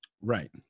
Right